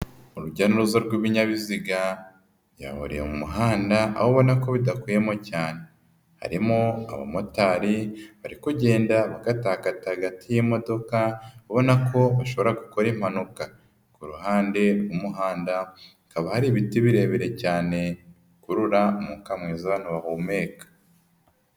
Urujya n'uruza rw'ibinyabiziga byahuriye mu muhanda. Aho ubona ko bidakuyemo cyane, harimo aba motari bari kugenda bakatakata hagati y'imodoka. Ubona ko bashobora gukora impanuka. Kuruhande rw'umuhanda hakaba hari ibiti birebire cyane bikurura umwuka mwiza abantu bahumeka.